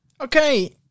Okay